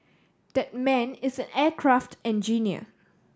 that man is an aircraft engineer